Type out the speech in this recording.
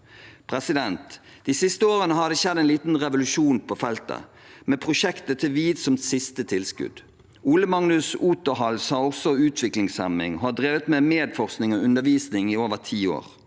tjenester. De siste årene har det skjedd en liten revolusjon på feltet, med prosjektet til VID som siste tilskudd. Ole Magnus Oterhals har også utviklingshemning og har drevet med medforskning og undervisning i over ti år.